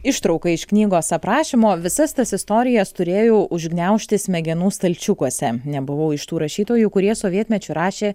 ištrauką iš knygos aprašymo visas tas istorijas turėjau užgniaužti smegenų stalčiukuose nebuvau iš tų rašytojų kurie sovietmečiu rašė